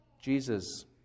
Jesus